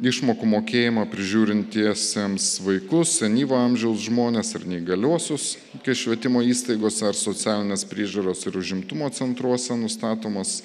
išmokų mokėjimą prižiūrintiesiems vaikus senyvo amžiaus žmones ir neįgaliuosius kai švietimo įstaigose ar socialinės priežiūros ir užimtumo centruose nustatomas